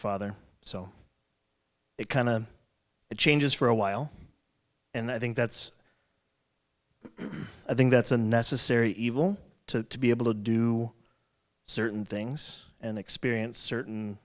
father so it kind of changes for a while and i think that's i think that's a necessary evil to be able to do certain things and experience certain